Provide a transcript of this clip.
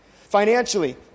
Financially